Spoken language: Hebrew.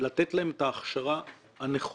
לתת להם את ההכשרה הנכונה.